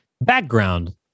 Background